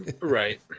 Right